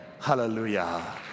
Hallelujah